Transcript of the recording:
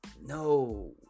no